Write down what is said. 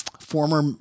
former